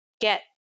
get